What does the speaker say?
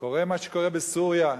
קורה מה שקורה בסוריה,